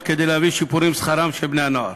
כדי להביא לשיפור שכרם של בני-הנוער.